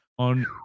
On